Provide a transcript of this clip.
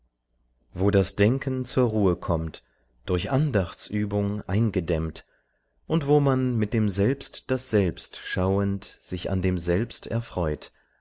wo das denken zur ruhe kommt durch andachtsübung eingedämmt und wo man mit dem selbst das selbst schauend sich an dem selbst erfreut